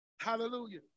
Hallelujah